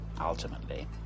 ultimately